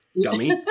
dummy